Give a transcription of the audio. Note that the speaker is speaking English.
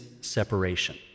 separation